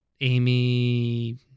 Amy